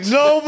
no